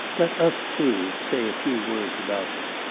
let us, too, say a few words about him.